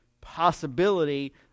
possibility